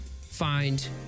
find